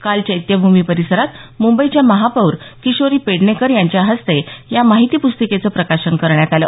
काल चैत्यभूमी परिसरात मुंबईच्या महापौर किशोरी पेडणेकर यांच्या हस्ते या माहिती पुस्तिकेचं प्रकाशन करण्यात आलं